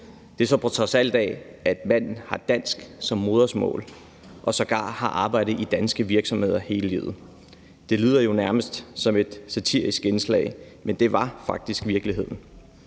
Det var så, på trods af at manden har dansk som modersmål og sågar har arbejdet i danske virksomheder hele livet. Det lyder nærmest som et satirisk indslag, men det var faktisk virkeligheden.